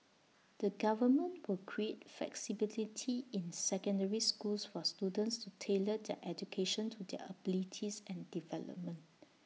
the government will create flexibility in secondary schools for students to tailor their education to their abilities and development